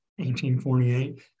1848